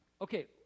Okay